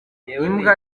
imbwa